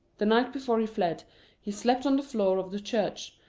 the night before he fled he slept on the floor of the church,